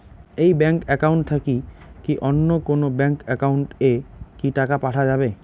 এই bank account থাকি কি অন্য কোনো ব্যাংক একাউন্ট এ কি টাকা পাঠা যাবে?